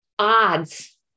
Odds